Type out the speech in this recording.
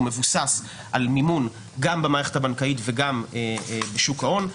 הוא מבוסס על מימון גם במערכת הבנקאית וגם בשוק ההון.